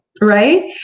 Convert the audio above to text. right